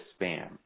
spam